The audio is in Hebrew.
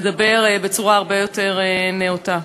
ונדבר בצורה הרבה יותר נאותה.